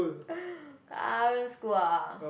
current school ah